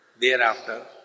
Thereafter